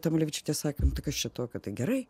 tamulevičiūtė sakė nu tai kas čia tokio tai gerai